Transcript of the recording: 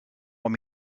want